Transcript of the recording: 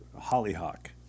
hollyhock